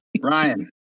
Ryan